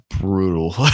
brutal